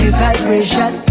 vibration